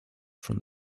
from